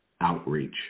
outreach